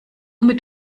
mit